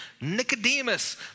Nicodemus